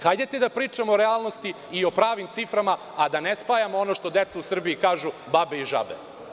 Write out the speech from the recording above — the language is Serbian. Hajde da pričamo o realnosti i pravim ciframa, a da ne spajamo ono što deca u Srbiji kažu – babe i žabe.